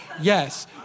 Yes